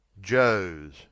Joes